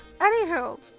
anywho